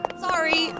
sorry